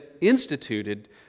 instituted